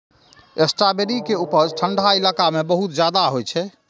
strawberry के उपज ठंढा इलाका मे बहुत ज्यादा होइ छै